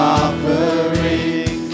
offering